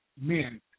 men